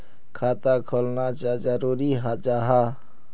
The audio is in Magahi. खाता खोलना चाँ जरुरी जाहा?